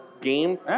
game